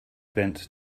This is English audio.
bent